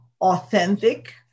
authentic